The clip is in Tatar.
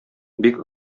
бик